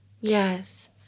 Yes